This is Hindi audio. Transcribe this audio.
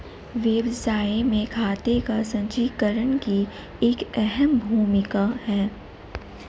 व्यवसाय में खाते का संचीकरण की एक अहम भूमिका है